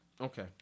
Okay